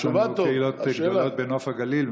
יש לנו קהילות גדולות בנוף הגליל,